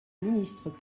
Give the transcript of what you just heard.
ministre